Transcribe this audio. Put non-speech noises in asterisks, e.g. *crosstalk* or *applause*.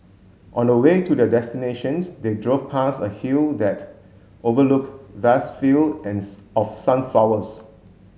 on the way to their destinations they drove past a hill that overlooked vast field *unintelligible* of sunflowers